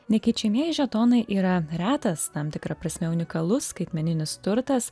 nekeičiamieji žetonai yra retas tam tikra prasme unikalus skaitmeninis turtas